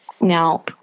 Now